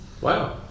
Wow